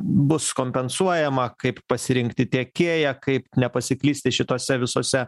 bus kompensuojama kaip pasirinkti tiekėją kaip nepasiklysti šitose visose